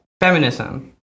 feminism